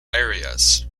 areas